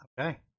Okay